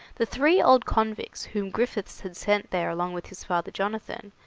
the three old convicts whom griffiths had sent there along with his father jonathan,